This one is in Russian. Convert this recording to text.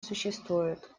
существует